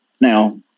now